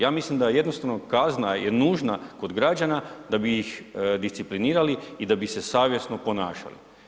Ja mislim da jednostavno kazna je nužna kod građana da bi ih disciplinirali i da bi se savjesno ponašali.